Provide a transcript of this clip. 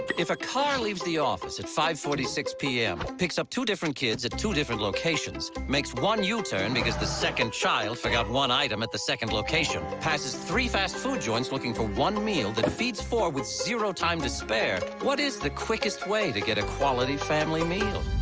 if a car leaves the office. at five forty six pm. picks up two different kids at two different locations. makes one yeah u-turn because the second child forgot one item at the second location. passes three fast food joints looking for one meal. that feeds four with zero time to spare. what is the quickest way to get a quality family meal?